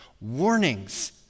warnings